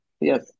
yes